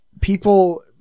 people